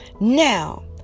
Now